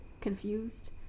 confused